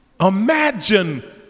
Imagine